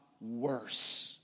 worse